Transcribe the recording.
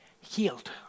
healed